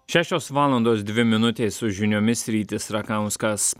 šešios valandos dvi minutės su žiniomis rytis rakauskas